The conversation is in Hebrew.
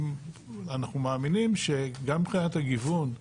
אנחנו מאמינים, שגם מבחינת הגיוון,